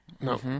No